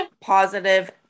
positive